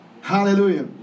Hallelujah